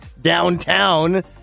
Downtown